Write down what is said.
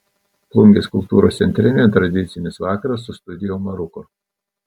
plungės kultūros centre netradicinis vakaras su studio maruko